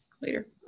later